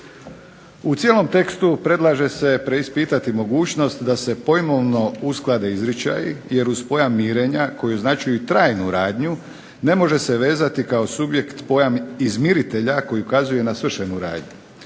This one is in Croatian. U cijelom tekstu predlaže se preispitati mogućnost da se pojmovno usklade izričaji jer uz pojam mirenja koji označuje i trajnu radnju ne može se vezati kao subjekt pojam izmiritelja koji ukazuje na svršenu radnju.